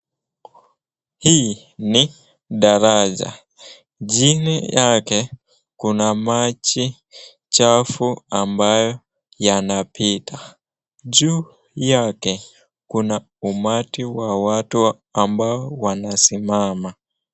Hii ni daraja, chini yake kuna maji chafu ambayo yanapita, juu yake kuna umati wa watu ambao wanasimama.